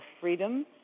freedom